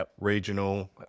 regional